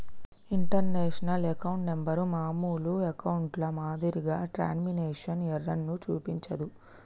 international account number మామూలు అకౌంట్లో మాదిరిగా ట్రాన్స్మిషన్ ఎర్రర్ ను చూపించదు